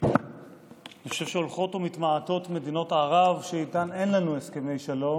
אני חושב שהולכות ומתמעטות מדינות ערב שאיתן אין לנו הסכמי שלום,